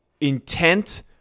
intent